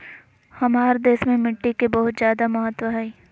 हमार देश में मिट्टी के बहुत जायदा महत्व हइ